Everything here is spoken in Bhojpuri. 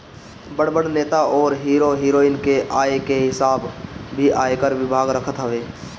बड़ बड़ नेता अउरी हीरो हिरोइन के आय के हिसाब भी आयकर विभाग रखत हवे